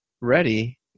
ready